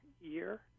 year